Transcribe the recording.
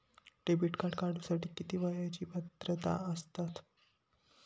Debit card काढूसाठी किती वयाची पात्रता असतात?